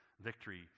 victory